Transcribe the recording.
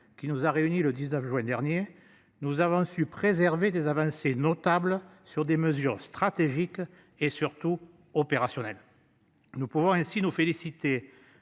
qui nous a réunis le 19 juin dernier nous avons su préserver des avancées notables sur des mesures stratégiques et surtout opérationnel. Nous pouvons ainsi nous féliciter